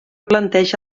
planteja